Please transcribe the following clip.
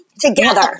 together